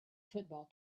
football